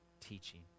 teaching